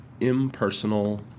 impersonal